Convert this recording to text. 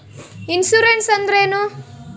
Insurance ಅಂದ್ರೇನು?